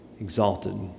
exalted